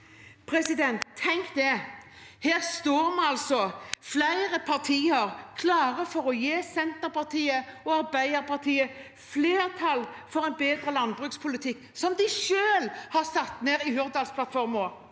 del ting. Tenk det – her står altså flere partier klare for å gi Senterpartiet og Arbeiderpartiet flertall for en bedre landbrukspolitikk, som de selv har satt ned i Hurdalsplattformen,